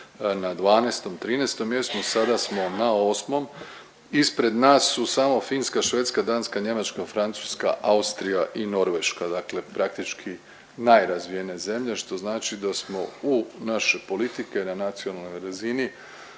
na 12.-13. mjestu, a sada smo na 8., ispred nas su samo Finska, Švedska, Danska, Njemačka, Francuska, Austrija i Norveška, dakle praktički najrazvijenije zemlje, što znači da smo u naše politike na nacionalnoj razini